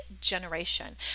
generation